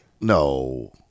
No